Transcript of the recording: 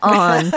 on